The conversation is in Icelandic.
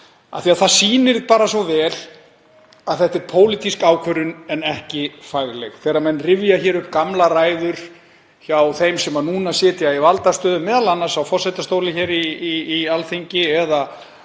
því að það sýnir bara svo vel að þetta er pólitísk ákvörðun en ekki fagleg þegar menn rifja hér upp gamlar ræður hjá þeim sem núna sitja í valdastöðu, m.a. á forsetastóli á Alþingi eða